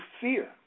fear